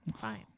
fine